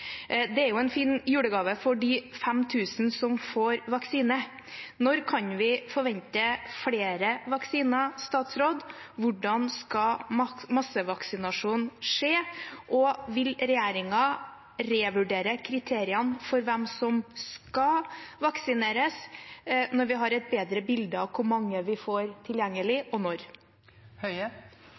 Det er en fin julegave for de 5 000 som får vaksine. Når kan vi forvente flere vaksiner? Hvordan skal massevaksineringen skje? Og vil regjeringen revurdere kriteriene for hvem som skal vaksineres, når vi har et bedre bilde av hvor mange vi får tilgjengelig, og